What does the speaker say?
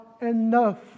enough